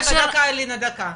דקה אלינה, דקה.